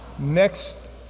Next